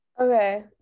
Okay